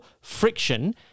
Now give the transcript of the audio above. friction